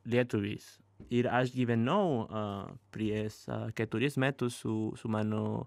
lietuvis ir aš gyvenau prieš keturis metus su mano